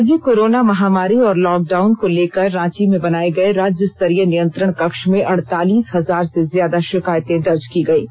राज्य कोरोना महामारी और लॉकडाउन को लेकर रांची में बनाए गए राज्यस्तरीय नियंत्रण कक्ष में अड़तालीस हजार से ज्यादा शिकायतें दर्ज की गईं